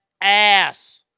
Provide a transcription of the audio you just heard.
ass